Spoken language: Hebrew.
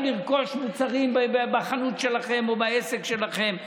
לרכוש מוצרים בחנות שלהם או בעסק שלהם,